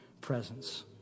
presence